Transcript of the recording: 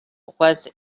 was